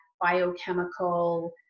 biochemical